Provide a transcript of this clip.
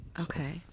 Okay